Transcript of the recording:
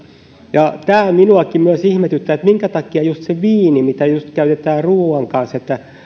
siitä on tämä minuakin myös ihmetyttää että minkä takia just se viini mitä käytetään ruuan kanssa eli kun